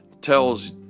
tells